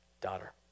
daughter